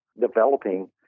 developing